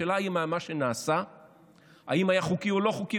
השאלה היא האם מה שנעשה היה חוקי או לא חוקי,